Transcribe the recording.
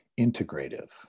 integrative